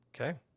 Okay